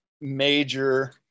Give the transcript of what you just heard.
major